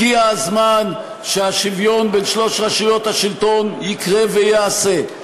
הגיע הזמן שהשוויון בין שלוש רשויות השלטון יקרה וייעשה.